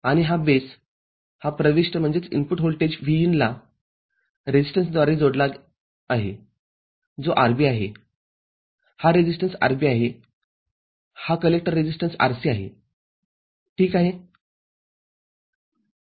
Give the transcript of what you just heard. आणिबेस हा प्रविष्टव्होल्टेज Vin ला रेजिस्टन्सद्वारे जोडला आहे जो RB आहेहा रेजिस्टन्स RB आहेहा कलेक्टर रेजिस्टन्स RC आहे ठीक आहे